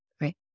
right